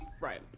Right